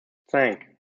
cinq